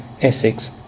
Essex